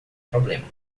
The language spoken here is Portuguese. problema